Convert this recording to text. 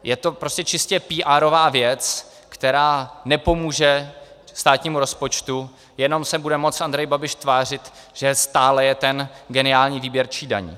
Je to prostě čistě píárová věc, která nepomůže státnímu rozpočtu, jenom se bude moct Andrej Babiš tvářit, že stále je ten geniální výběrčí daní.